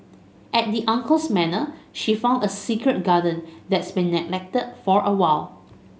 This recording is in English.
at the uncle's manor she find a secret garden that's been neglected for a while